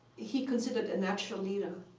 he considered a natural leader.